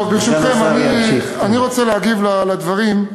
טוב, ברשותכם, אני רוצה להגיב לדברים.